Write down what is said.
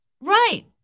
Right